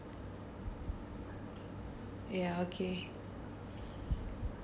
ya okay